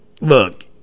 look